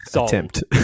attempt